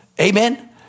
Amen